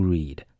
Read